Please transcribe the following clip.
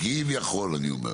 כביכול אני אומר,